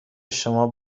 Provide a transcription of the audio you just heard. شما